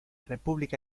república